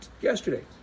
yesterday